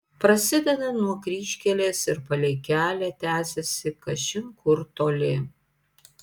prasideda nuo kryžkelės ir palei kelią tęsiasi kažin kur toli